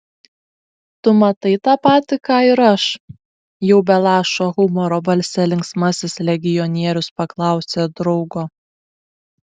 tu matai tą patį ką ir aš jau be lašo humoro balse linksmasis legionierius paklausė draugo